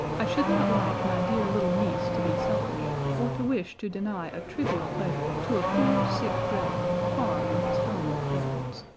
i should not like my dear little niece to be selfish, or to wish to deny a trivial pleasure to a poor, sick dragon, far from his home and friends.